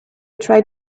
tried